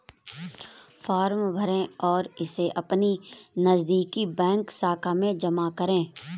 form भरें और इसे अपनी नजदीकी बैंक शाखा में जमा करें